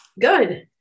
Good